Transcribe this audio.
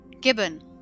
gibbon